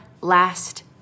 last